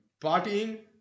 partying